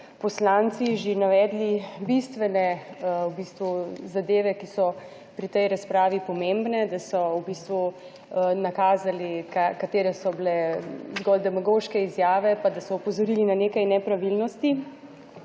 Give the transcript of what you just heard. poslanci že navedli v bistvu zadeve, ki so pri tej razpravi pomembne, da so v bistvu nakazali katere so bile zgolj demagoške izjave, pa da so opozorili na nekaj nepravilnosti,